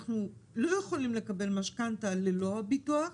אנחנו לא יכולים לקבל משכנתא ללא הביטוח,